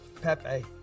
Pepe